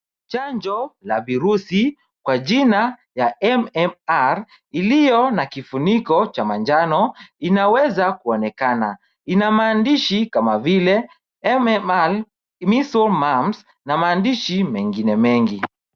Chanjo la virusi kwa jina ya M-M-R iliyo na kifuniko cha manjano inaweza kuonekana. Ina maandishi kama vile M-M-R measles, mumps na maandishi mengine mengi.